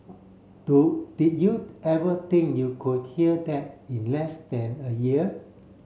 do did you ever think you could hear that in less than a year